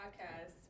Podcast